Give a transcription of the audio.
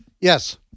Yes